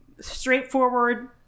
straightforward